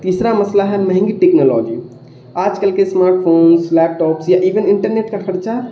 تیسرا مسئلہ ہے مہنگی ٹیکنالوجی آج کل کے اسمارٹ فونس لیپٹاپس یا ایون انٹرنیٹ کا خرچہ